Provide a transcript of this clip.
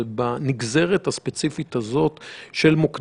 אבל בנגזרת הספציפית הזאת של בירור